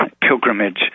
pilgrimage